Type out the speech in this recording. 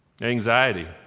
Anxiety